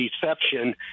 deception